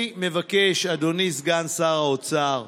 אני מבקש, אדוני סגן שר האוצר,